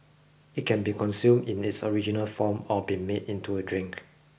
it can be consumed in its original form or be made into a drink